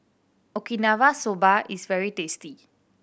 Okinawa Soba is very tasty